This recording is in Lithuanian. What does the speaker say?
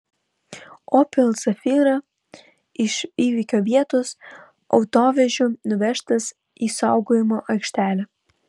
opel zafira iš įvykio vietos autovežiu nuvežtas į saugojimo aikštelę